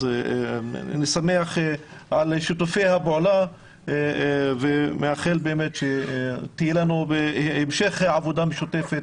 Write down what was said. אז אני שמח על שיתופי הפעולה ומאחל שיהיה לנו המשך עבודה משותפת,